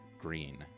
green